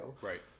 Right